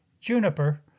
juniper